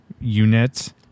unit